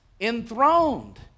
enthroned